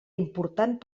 important